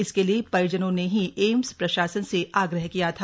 इसके लिए परिजनों ने ही एम्स प्रशासन से आग्रह किया था